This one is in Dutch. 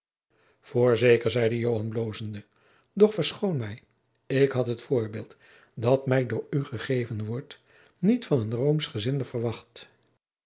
voorzeker zeide joan bloozende doch verschoon mij ik had het voorbeeld dat mij door u gegeven wordt niet van een roomschgezinde verwacht